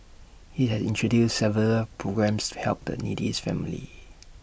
he has introduced several programmes to help the needy families